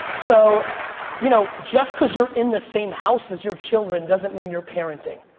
so you know just cause you're in the same house as your children doesn't mean your parenting.